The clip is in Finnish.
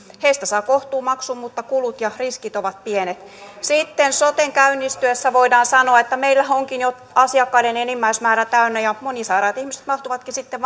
heistä saa kohtuumaksun mutta kulut ja riskit ovat pienet sitten soten käynnistyessä voidaan sanoa että meillähän onkin jo asiakkaiden enimmäismäärä täynnä ja monisairaat ihmiset mahtuvatkin sitten